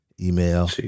email